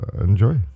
enjoy